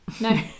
No